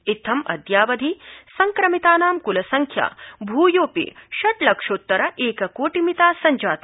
इत्थम् अद्यावधि संक्रमितानां क्ल संख्या भ्रयोपि षट्लक्षोत्तर एककोटि मिता संजाता